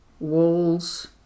walls